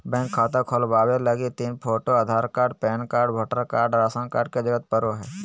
bank खाता खोलबावे लगी तीन photo, Aadhaar card, PAN card, voter card, ration card के जरूरत पड़ो हय